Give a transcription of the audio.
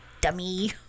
dummy